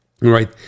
right